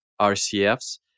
RCFs